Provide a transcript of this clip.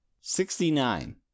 Sixty-nine